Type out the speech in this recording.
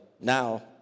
Now